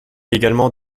également